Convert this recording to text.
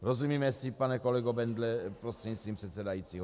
Rozumíme si, pane kolego Bendle prostřednictvím předsedajícího?